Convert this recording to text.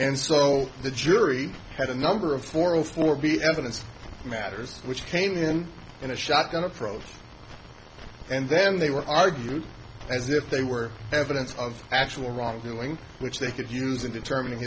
and so the jury had a number of for all four be evidence matters which came in in a shotgun approach and then they were argued as if they were evidence of actual wrongdoing which they could use in determining